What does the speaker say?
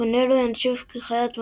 קונה לו ינשוף כחיית מחמד,